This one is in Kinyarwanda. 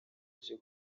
aje